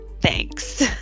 Thanks